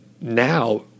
now